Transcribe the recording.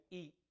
eat